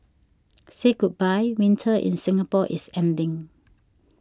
say goodbye winter in Singapore is ending